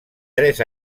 tres